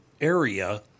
area